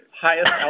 highest